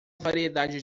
variedade